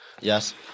Yes